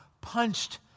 Punched